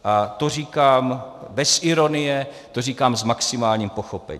A to říkám bez ironie, to říkám s maximálním pochopením.